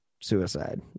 suicide